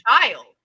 child